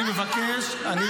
אני מבקש.